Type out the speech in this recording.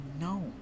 No